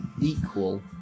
equal